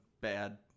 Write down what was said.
bad